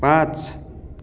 पाँच